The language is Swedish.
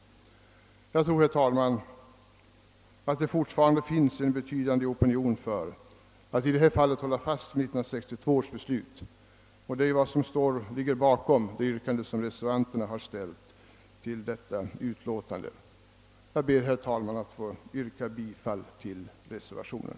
Jag tror att det alltjämt finns en betydande opinion för att fasthålla vid 1962 års beslut, och det är också detta som ligger bakom yrkandet i den reservation som fogats till konstitutionsutskottets utlåtande. Herr talman! Jag ber att få yrka bifall till reservationen.